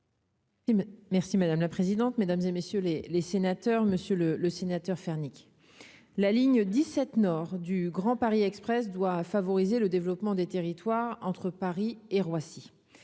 Merci madame la présidente, mesdames et messieurs les les sénateurs, monsieur le le sénateur faire nique la ligne 17 nord du Grand Paris Express doit favoriser le développement des territoires entre Paris et Roissy